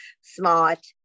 smart